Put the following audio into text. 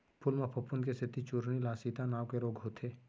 फूल म फफूंद के सेती चूर्निल आसिता नांव के रोग होथे